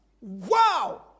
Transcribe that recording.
Wow